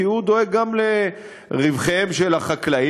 כי הוא דואג גם לרווחיהם של החקלאים,